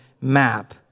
map